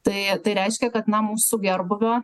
tai tai reiškia kad na mūsų gerbūvio